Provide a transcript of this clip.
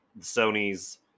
Sony's